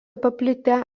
paplitę